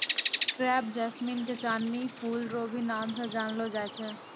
crepe jasmine के चांदनी फूल रो भी नाम से जानलो जाय छै